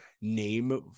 name